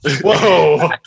whoa